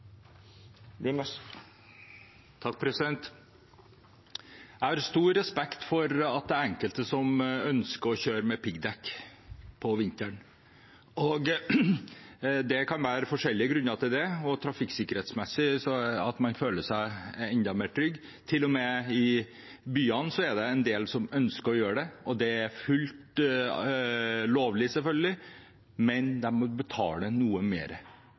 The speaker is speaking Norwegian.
piggdekk om vinteren. Det kan være forskjellige grunner til det, bl.a. at man trafikksikkerhetsmessig føler seg enda mer trygg. Til og med i byene er det en del som ønsker å gjøre det, og det er selvfølgelig fullt lovlig, men de må betale noe